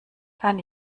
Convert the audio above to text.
kann